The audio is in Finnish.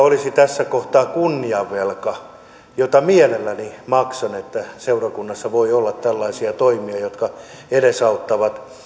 olisi tässä kohtaa kunniavelka jota mielelläni maksan että seurakunnassa voi olla tällaisia toimia jotka edesauttavat